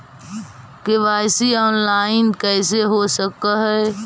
KYC online कैसे हो सक है?